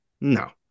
No